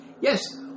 Yes